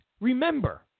remember